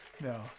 No